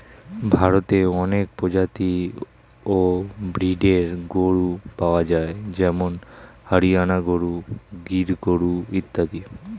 ভারতে অনেক প্রজাতি ও ব্রীডের গরু পাওয়া যায় যেমন হরিয়ানা গরু, গির গরু ইত্যাদি